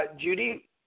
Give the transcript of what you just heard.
Judy